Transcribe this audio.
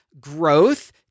growth